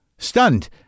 Stunned